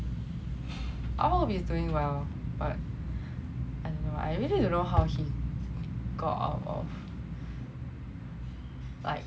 I hope he's doing well but I really don't know how he got out of like